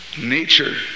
nature